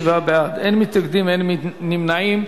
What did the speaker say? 37 בעד, אין מתנגדים, אין נמנעים.